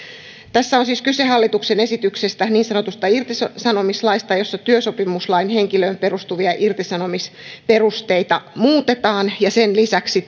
tässä on siis kyse hallituksen esityksestä niin sanotusta irtisanomislaista jossa työsopimuslain henkilöön perustuvia irtisanomisperusteita muutetaan ja sen lisäksi